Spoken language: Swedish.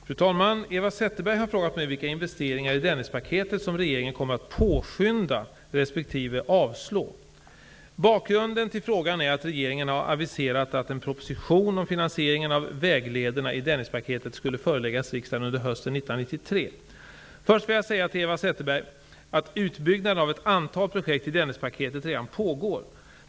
Fru talman! Eva Zetterberg har frågat mig vilka investeringar i Dennispaketet som regeringen kommer att påskynda respektive avslå. Bakgrunden till frågan är att regeringen har aviserat att en proposition om finansieringen av väglederna i Dennispaketet skulle föreläggas riksdagen under hösten 1993. Först vill jag säga till Eva Zetterberg att utbyggnaden av ett antal projekt i Dennispaketet redan pågår.